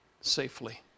safely